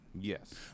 Yes